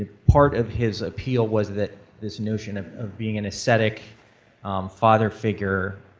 part of his appeal was that this notion of of being an aesthetic father figure,